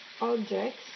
objects